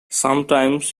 sometimes